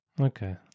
okay